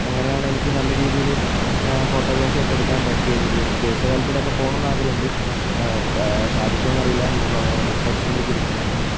അങ്ങനെയാണ് എനിക്ക് നല്ല രീതിയിൽ ഫോട്ടോഗ്രാഫിയൊക്കെ എടുക്കാൻ പറ്റിയത് പിന്നെ ദേശീയ തലത്തിലൊക്കെ പോണംന്ന് ആഗ്രഹം ഉണ്ട് അപ്പോൾ സാധിക്കുവോന്നറിയില്ല നന്നായിട്ട് പരിശ്രമിക്കുന്നുണ്ട് നന്നായിട്ട്